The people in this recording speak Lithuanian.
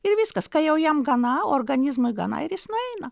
ir viskas ką jau jam gana organizmui gana ir jis nueina